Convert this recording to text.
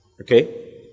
Okay